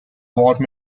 war